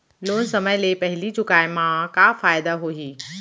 Loan समय ले पहिली चुकाए मा का फायदा होही?